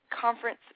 conference